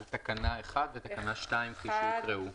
נצביע על תקנה 1 ותקנה 2 כפי שהוקראו.